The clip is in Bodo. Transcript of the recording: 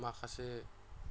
माखासे